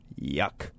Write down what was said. Yuck